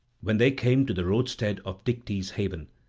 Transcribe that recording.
when they came to the roadstead of dicte's haven.